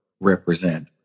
represent